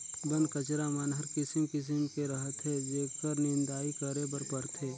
बन कचरा मन हर किसिम किसिम के रहथे जेखर निंदई करे बर परथे